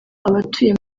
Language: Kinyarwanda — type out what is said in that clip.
abatuye